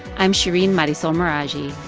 i'm shereen marisol meraji.